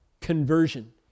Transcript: conversion